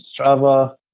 Strava